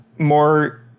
More